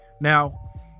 Now